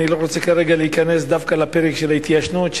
אני לא רוצה כרגע להיכנס דווקא לפרק של ההתיישנות,